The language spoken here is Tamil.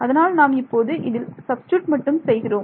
அதனால் நாம் இப்போது இதில் சப்ஸ்டிட்யூட் மட்டும் செய்கிறோம்